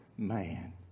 man